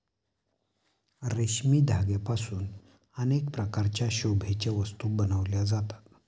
रेशमी धाग्यांपासून अनेक प्रकारच्या शोभेच्या वस्तू बनविल्या जातात